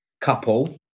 couple